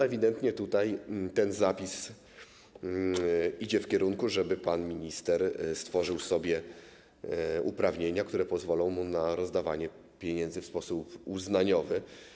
Ewidentnie zapis idzie tutaj w kierunku tego, żeby pan minister stworzył sobie uprawnienia, które pozwolą mu na rozdawanie pieniędzy w sposób uznaniowy.